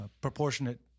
proportionate